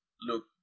look